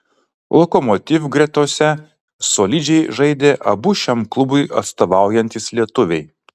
lokomotiv gretose solidžiai žaidė abu šiam klubui atstovaujantys lietuviai